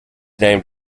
named